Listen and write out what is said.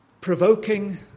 provoking